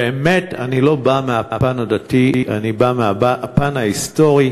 באמת, אני לא בא מהפן הדתי, אני בא מהפן ההיסטורי,